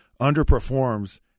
underperforms